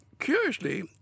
Curiously